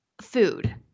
Food